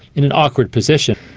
in an awkward position.